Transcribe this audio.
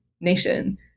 nation